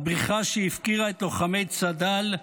הבריחה שהפקירה את לוחמי צד"ל,